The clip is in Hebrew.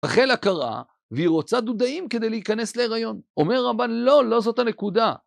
רחל עקרה והיא רוצה דודאים כדי להיכנס להיריון. אומר רבן, לא, לא זאת הנקודה.